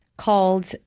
Called